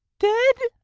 dead,